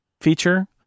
feature